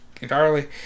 entirely